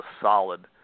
solid